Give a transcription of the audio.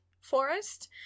Forest